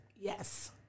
Yes